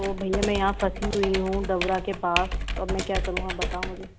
तो भैया मैं यहाँ फंसी हुई हूँ डवरा के पास तो अब मैं क्या करूँ आप बताओ मुझे